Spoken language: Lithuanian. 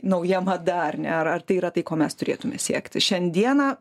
nauja mada ar ne ar ar tai yra tai ko mes turėtume siekti šiandieną